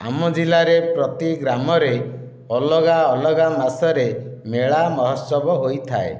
ଆମ ଜିଲ୍ଲାରେ ପ୍ରତି ଗ୍ରାମରେ ଅଲଗା ଅଲଗା ମାସରେ ମେଳା ମହୋତ୍ସବ ହୋଇଥାଏ